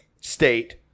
state